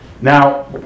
Now